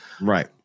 Right